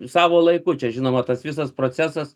savo laiku čia žinoma tas visas procesas